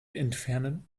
entfernen